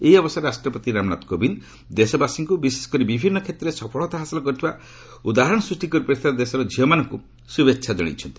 ଏହି ଅବସରରେ ରାଷ୍ଟ୍ରପତି ରାମନାଥ କୋବିନ୍ଦ ଦେଶବାସୀଙ୍କୁ ବିଶେଷ କରି ବିଭିନ୍ନ କ୍ଷେତ୍ରରେ ସଫଳତା ହାସଲ ସହିତ ଉଦାହରଣ ସୃଷ୍ଟି କରିପାରିଥିବା ଦେଶର ଝିଅମାନଙ୍କୁ ଶୁଭେଚ୍ଛା ଜଣାଇଛନ୍ତି